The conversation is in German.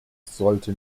sollte